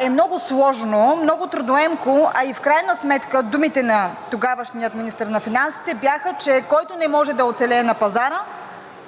е много сложно, много трудоемко, а и в крайна сметка думите на тогавашния министър на финансите бяха, че който не може да оцелее на пазара,